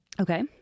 Okay